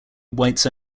whites